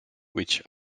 which